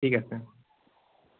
ঠিক আছে